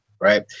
right